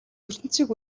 ертөнцийг